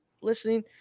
listening